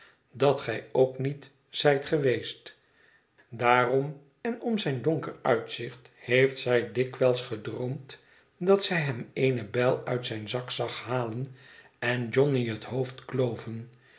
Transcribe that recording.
wezen dat'gij ook niet zijt geweest daarom en om zijn donker uitzicht heeft zij dikwijls gedroomd dat zij hem eene bijl uit zijn zak zag halen en johnny het hoofd kloo